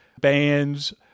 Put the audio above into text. bands